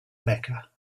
mecca